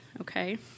okay